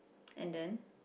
and then